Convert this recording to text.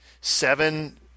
seven